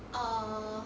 err